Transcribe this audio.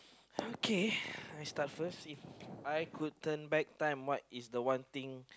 okay I start first If I could turn back time what is the one thing